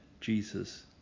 Jesus